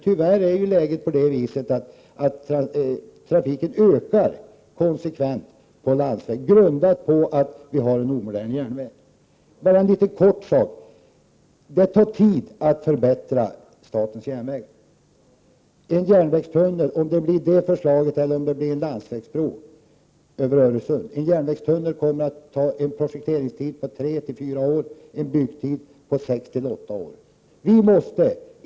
Trafiken ökar dess värre konstant på landsvägen, på grund av att vi har en omodern järnväg. Jag vill ta upp ytterligare en liten sak. Det tar tid att förbättra statens järnvägar. Om det blir en järnvägstunnel enligt förslaget — alternativet är en landsvägsbro över Öresund — kommer den att ha en prospekteringstid på 3-4 år och en byggtid på 6-8 år.